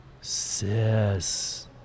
Sis